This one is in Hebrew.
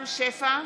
שפע,